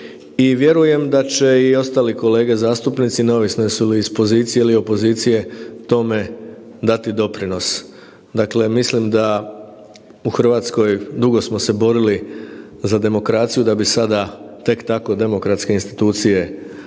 i vjerujem da će i ostali kolege zastupnici, neovisno jesu li iz pozicije ili opozicije tome dati doprinos. Dakle, mislim da u Hrvatskoj dugo smo se borili za demokraciju da bi sada tek tako demokratske institucije lišavali